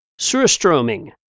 Surstroming